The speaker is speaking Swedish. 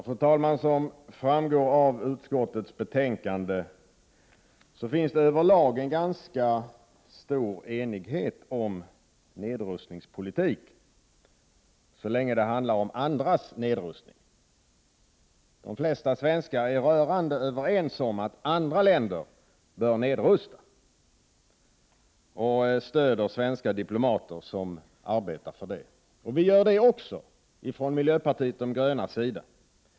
Fru talman! Som framgår av utskottets betänkande finns över lag en ganska stor enighet om nedrustningspolitik, så länge det handlar om andras nedrustning. De flesta svenskar är rörande överens om att andra länder bör nedrusta och stöder svenska diplomater som arbetar för det. Det gör vi också från miljöpartiet de grönas sida.